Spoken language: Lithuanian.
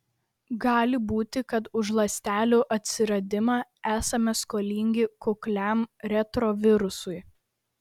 gali būti kad už ląstelių atsiradimą esame skolingi kukliam retrovirusui